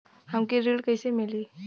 हमके ऋण कईसे मिली?